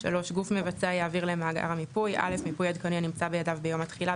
גוף מבצע יעביר למאגר המיפוי- מיפוי עדכני הנמצא בידיו ביום התחילה,